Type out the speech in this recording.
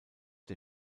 der